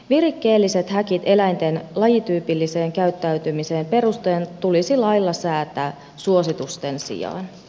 virikkeelliset häkit eläinten lajityypilliseen käyttäytymiseen perustuen tulisi lailla säätää suositusten sijaan